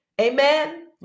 Amen